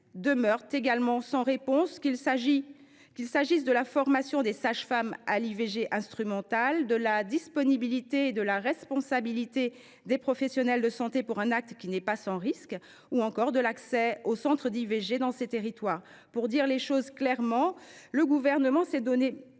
demeurent également sans réponse, qu’il s’agisse de la formation des sages femmes à l’IVG instrumentale, de la disponibilité et de la responsabilité des professionnels de santé pour un acte qui n’est pas sans risque, ou encore de l’accès aux centres pratiquant les IVG dans ces territoires. Pour dire les choses clairement, le Gouvernement s’est donné